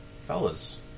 fellas